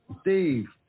steve